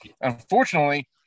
Unfortunately